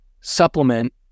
supplement